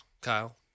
Kyle